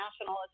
National